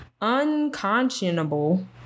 unconscionable